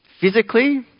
Physically